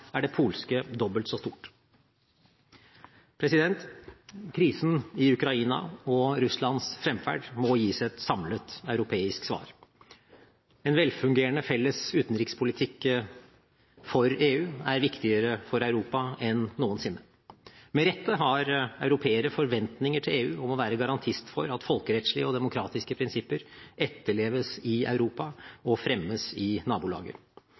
er det polske dobbelt så stort. Krisen i Ukraina og Russlands fremferd må gis et samlet europeisk svar. En velfungerende felles utenrikspolitikk for EU er viktigere for Europa enn noensinne. Med rette har europeere forventninger til EU om å være garantist for at folkerettslige og demokratiske prinsipper etterleves i Europa og fremmes i nabolaget.